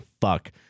fuck